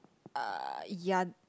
uh ya